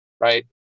Right